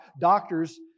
doctors